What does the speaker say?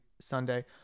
sunday